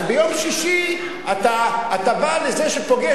אז ביום שישי אתה בא לזה שפוגש,